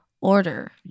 order